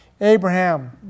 Abraham